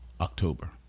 October